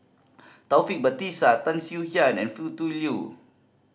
Taufik Batisah Tan Swie Hia and Foo Tu Liew